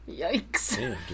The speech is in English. Yikes